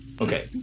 Okay